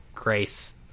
Grace